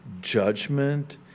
judgment